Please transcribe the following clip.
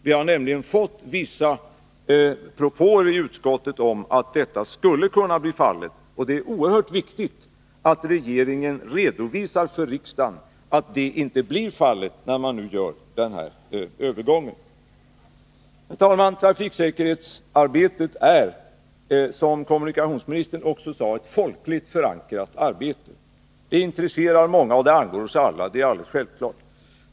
Vi har nämligen fått vissa propåer i utskottet om att detta skulle kunna bli fallet. Och det är oerhört viktigt att regeringen redovisar för riksdagen att så inte blir fallet när övergången genomförs. Herr talman! Trafiksäkerhetsarbetet är, som kommunikationsministern också sade, ett folkligt förankrat arbete. Det intresserar många, och det angår oss alla, det är alldeles självklart.